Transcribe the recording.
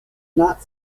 not